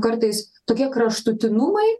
kartais tokie kraštutinumai